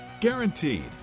guaranteed